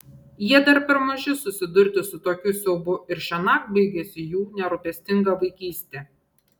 jie dar per maži susidurti su tokiu siaubu ir šiąnakt baigiasi jų nerūpestinga vaikystė